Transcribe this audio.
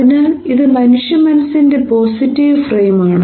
അതിനാൽ ഇത് മനുഷ്യ മനസ്സിന്റെ പോസിറ്റീവ് ഫ്രെയിമാണ്